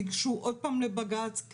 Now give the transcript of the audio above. תיגשו עוד פעם לבג"ץ,